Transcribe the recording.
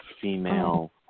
female